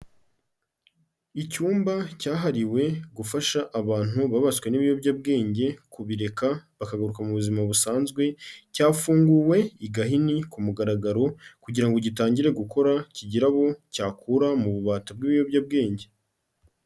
Icyumba cyahariwe gufasha abantu babaswe n'ibiyobyabwenge kubireka bakagaruka mu buzima busanzwe, cyafunguwe i Gahini ku mugaragaro kugira ngo gitangire gukora kigire abo cyakura mu bubata bw'ibiyobyabwenge.